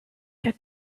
get